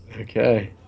Okay